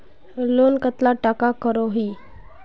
Loan कतला टाका करोही?